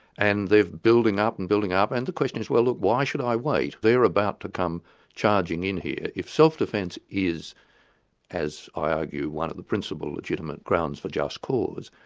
and they're building up and building up, and the question is well look, why should i wait? they're about to come charging in here. if self-defence is as i argue, one the principle legitimate grounds for just cause,